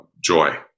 joy